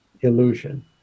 illusion